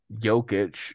Jokic